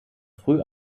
früh